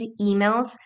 emails